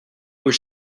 were